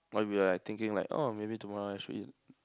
while we were like thinking like oh maybe tomorrow I should eat